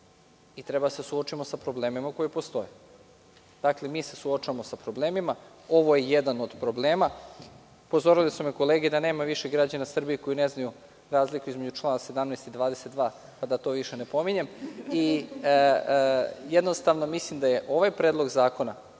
Treba da se suočimo sa problemima koji postoje. Dakle, mi se suočavamo sa problemima. Ovo je jedan od problema. Upozorile su me kolege da nema više građana Srbije koji više ne znaju razliku između člana 17. i 22, pa da to više ne pominjem. Jednostavno, mislim da ovaj član zakona